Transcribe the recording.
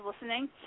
listening